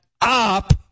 up